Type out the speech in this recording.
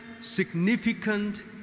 significant